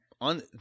on